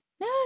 no